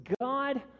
God